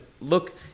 look